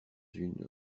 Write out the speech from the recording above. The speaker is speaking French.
une